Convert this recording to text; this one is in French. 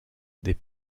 des